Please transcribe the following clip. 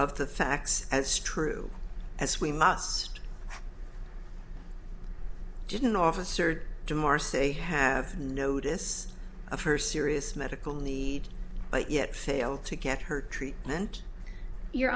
of the facts as true as we must didn't offer cert de marsay have notice of her serious medical need but yet fail to get her treatment you